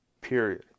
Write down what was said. period